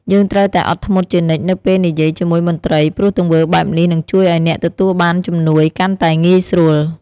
យើងត្រូវតែអត់ធ្មត់ជានិច្ចនៅពេលនិយាយជាមួយមន្ត្រី ព្រោះទង្វើបែបនេះ នឹងជួយឱ្យអ្នកទទួលបានជំនួយកាន់តែងាយស្រួល។